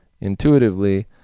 intuitively